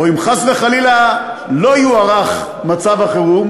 או אם חס וחלילה לא יוארך מצב החירום,